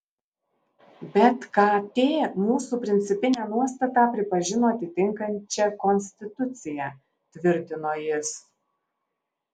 bet kt mūsų principinę nuostatą pripažino atitinkančia konstituciją tvirtino jis